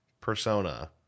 persona